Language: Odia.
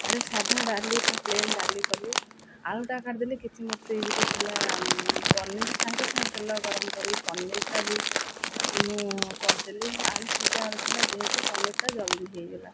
ଆରେ ସାଧା ଡାଲି ବା ପ୍ଲେନ୍ ଡାଲି କଲି ଆଳୁଟା କାଟିଦେଲି କିଛି ମୋ ଫ୍ରିଜ୍ରେ ଥିଲା ପନିର ସାଙ୍ଗେ ସାଙ୍ଗେ ତେଲ ଗରମ କରିକି ପନିରଟା ବି ମୁଁ କରିଦେଲି ଆଳୁ ସିଝା ଆଳୁ ଥିଲା ଯେହେତୁ ପନିରଟା ଜଲଦି ହେଇଗଲା